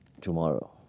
Tomorrow